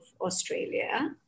Australia